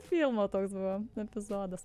filmo toks buvo epizodas